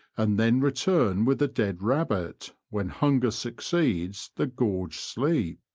and then return with a dead rabbit when hunger succeeds the gorged sleep.